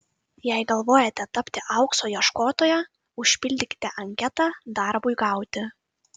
jei galvojate tapti aukso ieškotoja užpildykite anketą darbui gauti